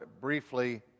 briefly